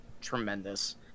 tremendous